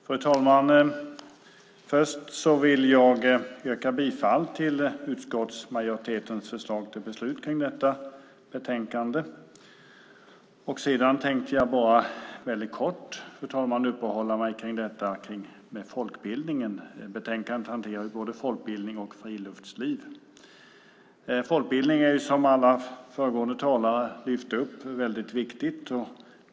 Fru talman! Jag börjar med att yrka bifall till utskottsmajoritetens förslag i betänkandet. Väldigt kort tänker jag uppehålla mig vid folkbildningen. I betänkandet hanteras frågor om både folkbildning och friluftsliv. Som de föregående talarna här har lyft fram är folkbildningen väldigt viktig.